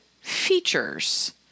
features